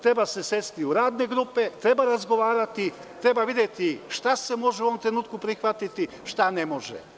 Treba se sesti u radne grupe, treba razgovarati, treba videti šta se može u ovom trenutku prihvatiti, šta ne može.